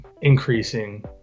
increasing